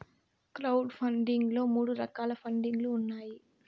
crowd funding లో మూడు రకాల పండింగ్ లు ఉన్నాయి